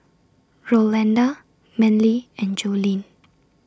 Rolanda Manly and Jolene